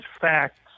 facts